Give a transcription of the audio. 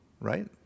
right